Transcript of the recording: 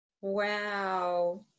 Wow